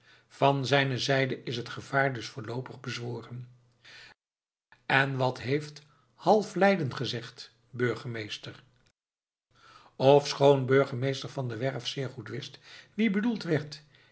van zijne zijde is het gevaar dus voorloopig bezworen en wat heeft half leyden gezegd burgemeester ofschoon burgemeester van der werff zeer goed wist wie bedoeld werd